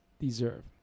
deserve